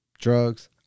drugs